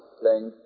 playing